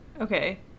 Okay